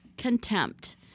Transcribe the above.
contempt